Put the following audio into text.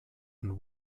and